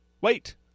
Wait